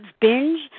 binge